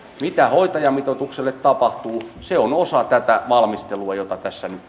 mitä hoitajamitoitukselle tapahtuu se on osa tätä valmistelua jota tässä nyt